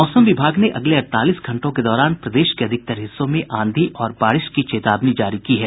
मौसम विभाग ने अगले अड़तालीस घंटों के दौरान प्रदेश के अधिकतर हिस्सों में आंधी और बारिश की चेतावनी जारी की है